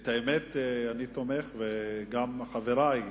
את האמת, אני תומך, וגם חברי,